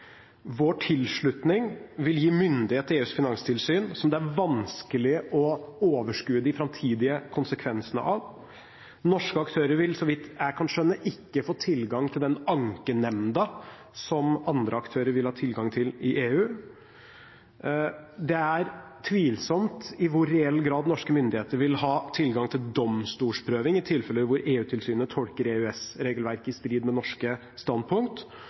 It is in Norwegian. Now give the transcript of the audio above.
Vår tilslutning vil gi myndighet til EUs finanstilsyn som det er vanskelig å overskue de framtidige konsekvensene av. Norske aktører vil, så vidt jeg kan skjønne, ikke få tilgang til den ankenemnda som andre aktører vil ha tilgang til i EU. Det er tvilsomt i hvor reell grad norske myndigheter vil ha tilgang til domstolsprøving i tilfeller hvor EU-tilsynet tolker EØS-regelverket i strid med norske standpunkt.